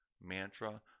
mantra